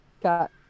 got